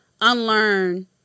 unlearn